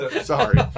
Sorry